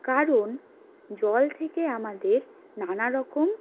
কারণ জল থেকে আমাদের নানারকম